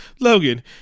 Logan